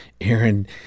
Aaron